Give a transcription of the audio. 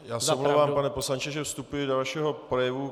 Já se omlouvám, pane poslanče, že vstupuji do vašeho projevu.